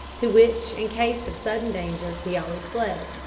to which in case of sudden danger he always fled.